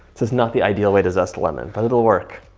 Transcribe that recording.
this is not the ideal way to zest a lemon, but it'll work.